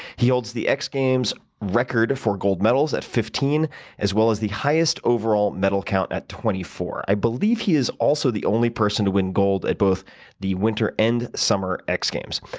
he holds the x-games record for gold medals at fifteen as well as the highest overall medal count at twenty-four. i believe he is also the only person to win gold at both the winter and summer x games.